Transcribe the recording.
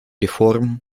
реформ